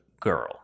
girl